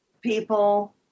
people